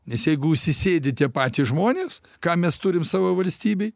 nes jeigu užsisėdi tie patys žmonės ką mes turim savo valstybėj